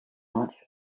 much